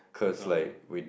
cause I will know